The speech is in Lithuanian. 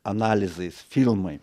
analizais filmai